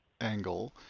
angle